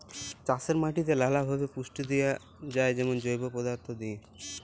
চাষের মাটিতে লালাভাবে পুষ্টি দিঁয়া যায় যেমল জৈব পদাথ্থ দিঁয়ে